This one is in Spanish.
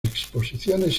exposiciones